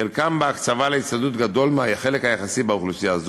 חלקן בהקצבה להצטיידות גדול מהחלק היחסי באוכלוסייה,